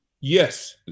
Yes